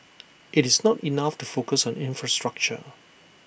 it's not enough to focus on infrastructure